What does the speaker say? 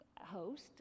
host